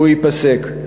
והוא ייפסק.